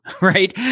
right